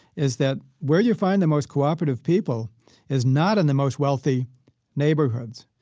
is that where you find the most cooperative people is not in the most wealthy neighborhoods,